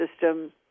system